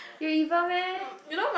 you evil meh